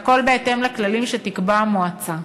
והכול בהתאם לכללים שתקבע המועצה,